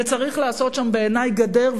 צריך לעשות שם בעיני גדר,